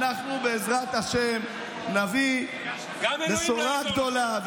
אנחנו, בעזרת השם, נביא בשורה גדולה.